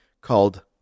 called